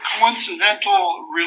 coincidental